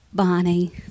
Bonnie